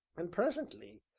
an' presently,